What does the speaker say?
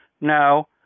No